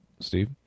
Steve